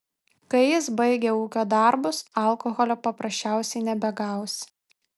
kai jis baigia ūkio darbus alkoholio paprasčiausiai nebegausi